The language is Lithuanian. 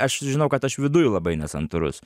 aš žinau kad aš viduj labai nesantūrus